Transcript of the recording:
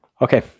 Okay